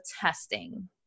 testing